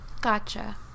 gotcha